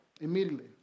Immediately